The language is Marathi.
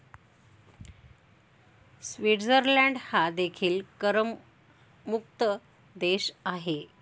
स्वित्झर्लंड हा देखील करमुक्त देश आहे